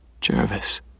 Jervis